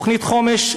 תוכנית חומש,